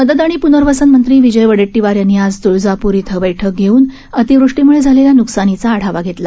मदत आणि पूनर्वसन मंत्री विजय वडेट्टीवार यांनी आज तुळजापूर इथं बैठक घेऊन अतिवृष्टीमुळे झालेल्या न्कसानीचा आढावा घेतला